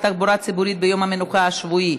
תחבורה ציבורית ביום המנוחה השבועי,